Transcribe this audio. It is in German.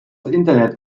internet